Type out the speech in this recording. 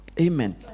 Amen